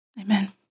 Amen